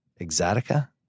exotica